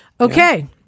Okay